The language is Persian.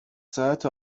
ساعت